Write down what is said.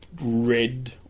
red